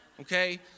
okay